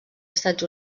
estats